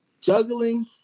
juggling